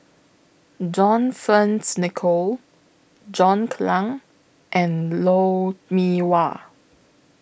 John Fearns Nicoll John Clang and Lou Mee Wah